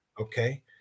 okay